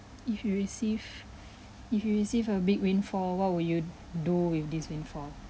if you receive if you receive a big windfall what will you do with this windfall